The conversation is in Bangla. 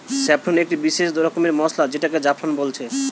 স্যাফরন একটি বিসেস রকমের মসলা যেটাকে জাফরান বলছে